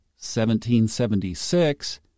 1776